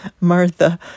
Martha